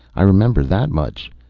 i remember that much.